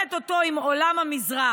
וכורכת אותו עם עולם המזרח.